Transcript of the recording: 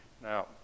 Now